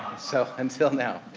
so until now,